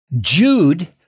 Jude